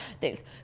thanks